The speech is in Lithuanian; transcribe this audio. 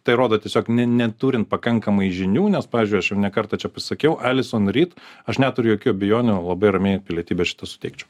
tai rodo tiesiog neturint pakankamai žinių nes pavyzdžiui aš jau ne kartą čia pasakiau elisonu ryd aš neturiu jokių abejonių labai ramiai pilietybę šitą suteikti